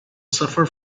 suffer